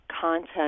content